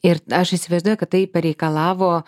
ir aš įsivaizduoju kad tai pareikalavo